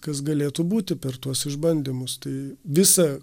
kas galėtų būti per tuos išbandymus tai visa